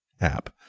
app